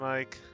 Mike